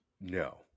No